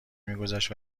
میگذشت